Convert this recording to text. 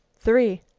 three.